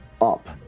up